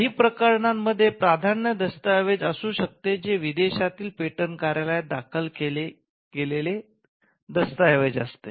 काही प्रकरणांमध्ये प्राधान्य दस्तऐवज असू शकते जे विदेशातील पेटंट कार्यालयात दाखल केलेले दस्तऐवज असते